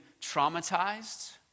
traumatized